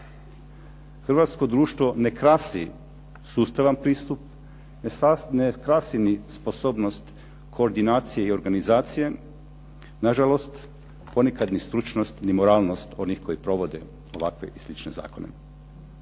Hrvatsko društvo ne krasi sustavan pristup, ne krasi ni sposobnost koordinacije i organizacije. Na žalost ponekad ni stručnost ni moralnost onih koji provode ovakve i slične zakone.